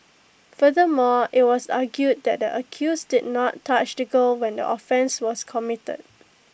furthermore IT was argued that the accused did not touch the girl when the offence was committed